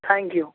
thank you